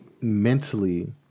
mentally